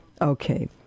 Okay